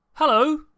Hello